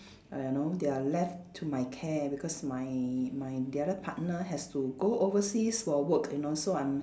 you know they are left to my care because my my the other partner has to go overseas for work you know so I'm